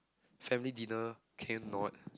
family dinner cannot